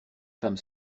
femmes